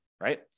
right